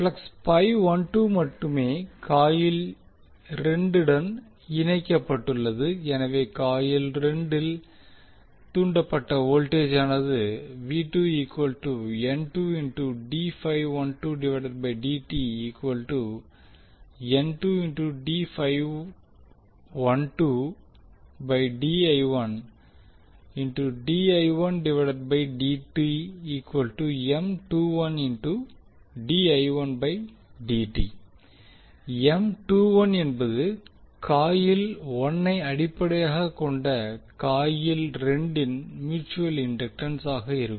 flux மட்டுமே coil 2 வுடன் இணைக்கப்பட்டுள்ளது எனவே காயில் 2 வில் தூண்டப்பட்ட வோல்டஜானது என்பது காயில் 1 ஐ அடிப்படையாக கொண்ட காயில் 2 வின் மியூட்சுவல் இண்டக்டன்ஸ் ஆக இருக்கும்